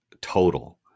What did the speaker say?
total